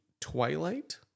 Twilight